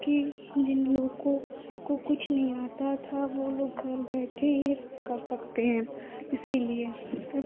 कि जिन लोगों को कुछ नहीं आता था वह लोग घर बैठे यह सब कर सकते हैं इसीलिए सब